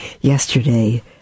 Yesterday